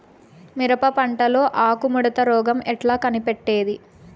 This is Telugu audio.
మిరప పంటలో ఆకు ముడత రోగం ఎట్లా కనిపెట్టేది?